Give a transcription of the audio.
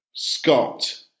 Scott